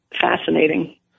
fascinating